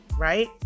right